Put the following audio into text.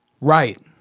Right